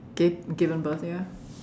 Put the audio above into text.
give given birth ya